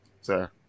sir